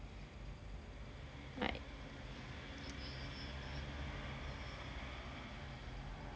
right